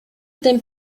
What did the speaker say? dem